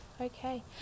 Okay